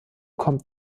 kommt